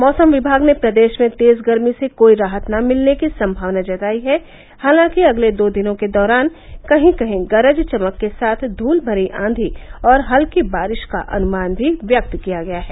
मौसम विभाग ने प्रदेष में तेज़ गर्मी से कोई राहत न मिलने की संभावना जताई है हालांकि अगले दो दिनों के दौरान कही कही गरज चमक के साथ धूल भरी आंधी और हल्की बारिष का अनुमान भी व्यक्त किया है